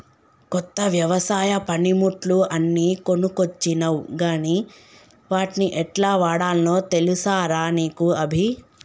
కొత్త వ్యవసాయ పనిముట్లు అన్ని కొనుకొచ్చినవ్ గని వాట్ని యెట్లవాడాల్నో తెలుసా రా నీకు అభి